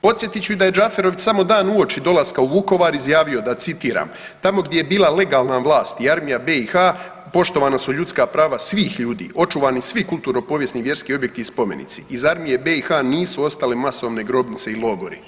Podsjetit ću i da je Džaferović samo dan uoči dolaska u Vukovar izjavio da, citiram, tamo gdje je bila legalna vlast i Armija BiH poštovana su ljudska prava svih ljudi, očuvani svi kulturno povijesni i vjerski objekti i spomenici, iza Armije BiH nisu ostale masovne grobnice i logori.